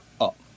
up